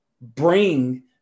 bring